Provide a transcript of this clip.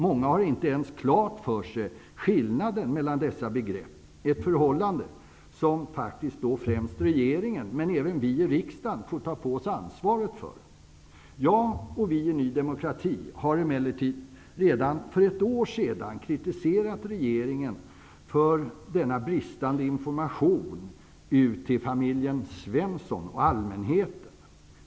Många har inte ens klart för sig skillnaden mellan dessa begrepp -- ett förhållande som främst regeringen, men även vi i riksdagen får ta på oss ansvaret för. Jag och vi i Ny demokrati kritiserade emellertid redan för ett år sedan regeringen för denna bristande information ut till familjen Svensson och allmänheten.